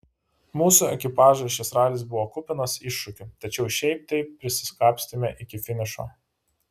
mūsų ekipažui šis ralis buvo kupinas iššūkių tačiau šiaip taip prisikapstėme iki finišo